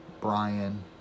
Brian